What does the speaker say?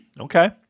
Okay